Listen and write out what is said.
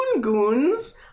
Goons